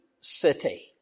city